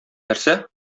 нәрсә